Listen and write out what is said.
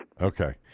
Okay